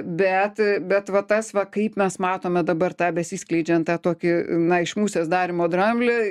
bet bet va tas va kaip mes matome dabar tą besiskleidžiant tą tokį na iš musės darymo dramblį